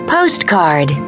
Postcard